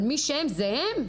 על מי שהם זה הם?